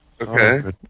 Okay